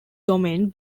domain